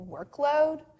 workload